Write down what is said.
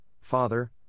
Father